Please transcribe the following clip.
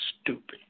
stupid